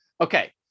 Okay